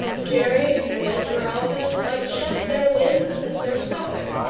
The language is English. jerry and esmeralda might shed their limbs and their stuffing,